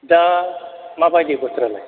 दा माबायदि बोथोरालाय